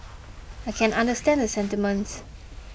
I can understand the sentiments